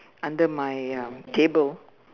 under my um table